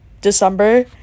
december